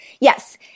Yes